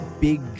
big